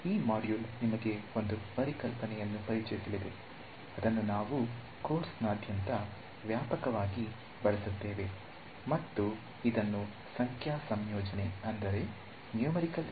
ಈ ಮಾಡ್ಯೂಲ್ ನಿಮಗೆ ಒಂದು ಪರಿಕಲ್ಪನೆಯನ್ನು ಪರಿಚಯಿಸಲಿದೆ ಅದನ್ನು ನಾವು ಕೋರ್ಸ್ನಾದ್ಯಂತ ವ್ಯಾಪಕವಾಗಿ ಬಳಸುತ್ತೇವೆ ಮತ್ತು ಇದನ್ನು ಸಂಖ್ಯಾ ಸಂಯೋಜನೆ ಎಂದು ಕರೆಯಲಾಗುತ್ತದೆ